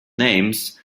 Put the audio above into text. names